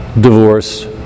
divorce